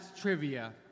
trivia